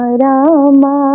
rama